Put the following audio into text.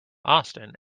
austen